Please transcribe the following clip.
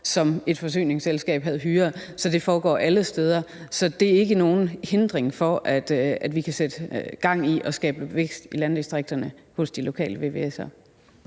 som et forsyningsselskab havde hyret. Så det foregår alle steder. Så det er ikke nogen hindring for, at vi kan sætte gang i at skabe vækst i landdistrikterne hos de lokale vvs'ere.